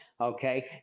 okay